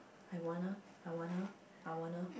I wanna I wanna I wanna